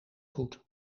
goed